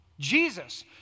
Jesus